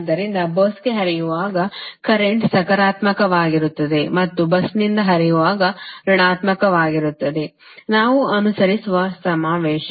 ಆದ್ದರಿಂದ ಬಸ್ಗೆ ಹರಿಯುವಾಗ ಕರೆಂಟ್ ಸಕಾರಾತ್ಮಕವಾಗಿರುತ್ತದೆ ಮತ್ತು ಬಸ್ನಿಂದ ಹರಿಯುವಾಗ ಋಣಾತ್ಮಕವಾಗಿರುತ್ತದೆ ನಾವು ಅನುಸರಿಸುವ ಸಮಾವೇಶ